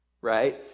right